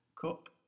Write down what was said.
Cup